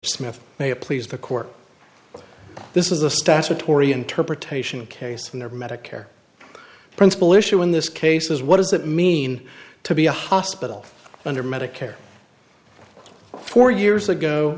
may it please the court this is a statutory interpretation case and their medicare principal issue in this case is what does it mean to be a hospital under medicare four years ago